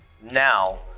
Now